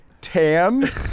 tan